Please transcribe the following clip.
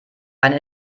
eine